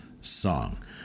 song